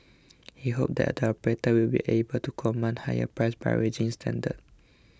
he hopes that operators will be able to command higher prices by raising standards